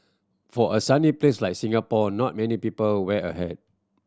for a sunny place like Singapore not many people wear a hat